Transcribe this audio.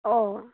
অঁ